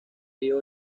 río